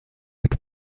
mit